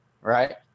right